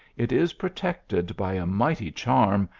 it is protected by a mighty charm,